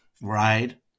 right